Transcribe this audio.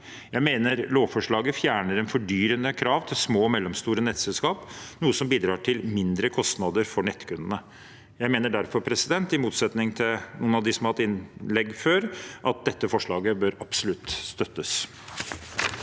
Jeg mener lovforslaget fjerner et fordyrende krav til små og mellomstore nettselskaper, noe som bidrar til mindre kostnader for nettkundene. Jeg mener derfor, i motsetning til noen av dem som har hatt innlegg før, at dette forslaget absolutt bør støttes.